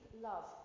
love